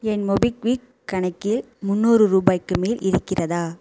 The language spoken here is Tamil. என் மொபிக்விக் கணக்கில் முன்னூறு ரூபாய்க்கு மேல் இருக்கிறதா